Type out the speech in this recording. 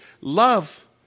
Love